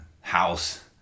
house